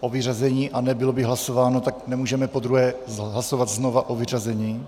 o vyřazení a nebylo by hlasováno, tak nemůžeme podruhé hlasovat znovu o vyřazení.